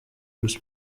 bruce